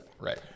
Right